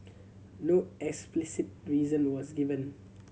no explicit reason was given